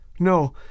No